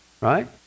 right